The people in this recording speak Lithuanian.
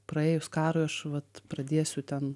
praėjus karui aš vat pradėsiu ten